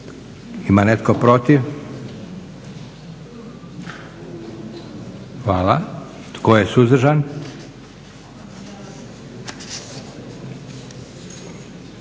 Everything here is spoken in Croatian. Ima netko protiv? Hvala. Tko je suzdržan?